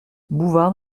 bouvard